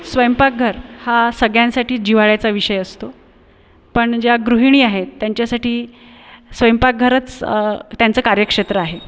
स्वयंपाकघर हा सगळ्यांसाठीच जिव्हाळ्याचा विषय असतो पण ज्या गृहिणी आहेत त्यांच्यासाठी स्वयंपाकघरच त्यांचं कार्यक्षेत्र आहे